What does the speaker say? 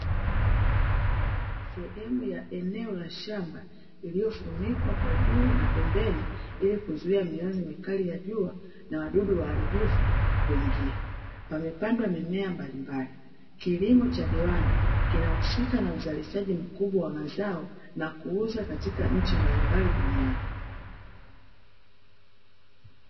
Sehemu ya eneo la shamba iliyofunikwa kwa juu na pembeni ili kuzuia mionzi mikali ya jua na wadudu waharibifu kuingia pamepandwa mimea mbalimbali, kilimo cha viwanda kinahusika na uzalishaji mkubwa wa mazao na kuuza katika nchi mbalimbali duniani .